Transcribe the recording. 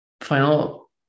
Final